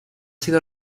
sido